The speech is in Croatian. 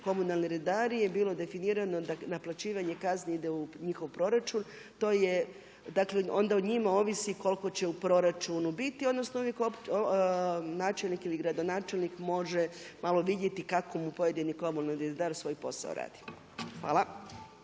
komunalni redari je bilo definirano da naplaćivanje kazni ide u njihov proračun. To je, dakle onda o njima ovisi koliko će u proračunu biti odnosno uvijek načelnik ili gradonačelnik može malo vidjeti kako mu pojedini komunalni redar svoj posao radi. Hvala.